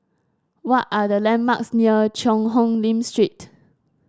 what are the landmarks near Cheang Hong Lim Street